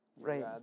Right